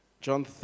John